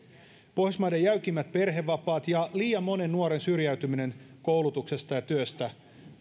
pohjoismaiden jäykimmät perhevapaat ja liian monen nuoren syrjäytyminen koulutuksesta ja työstä